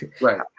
Right